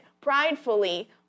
pridefully